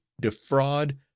defraud